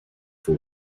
for